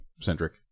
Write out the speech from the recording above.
centric